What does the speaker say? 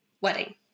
wedding